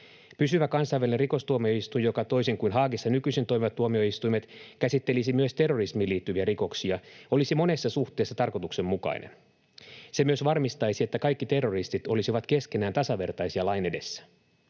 Pysyvä kansainvälinen rikostuomioistuin, joka, toisin kuin Haagissa nykyisin toimivat tuomioistuimet, käsittelisi myös terrorismiin liittyviä rikoksia, olisi monessa suhteessa tarkoituksenmukainen. Se myös varmistaisi, että kaikki terroristit olisivat keskenään tasavertaisia lain edessä.